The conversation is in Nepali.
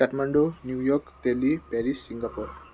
Kathmandu New York Delhi Paris Singapore